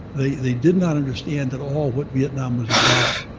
they did not understand at all what vietnam was about.